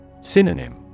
Synonym